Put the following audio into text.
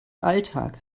alltag